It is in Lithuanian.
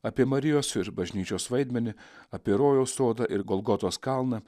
apie marijos ir bažnyčios vaidmenį apie rojaus sodą ir golgotos kalną